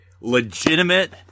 legitimate